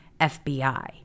FBI